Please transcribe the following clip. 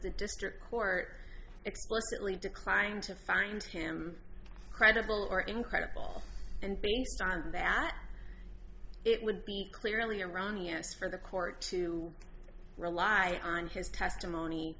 the district court explicitly declined to find him credible or incredible and based on that it would be clearly erroneous for the court to rely on his testimony